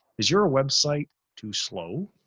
is your a website to slow?